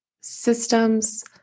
systems